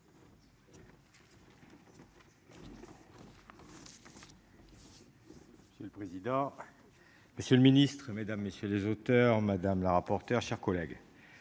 minutes. Le président. Monsieur le Ministre, Mesdames, messieurs les auteurs madame la rapporteure, chers collègues.